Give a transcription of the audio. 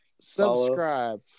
subscribe